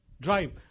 drive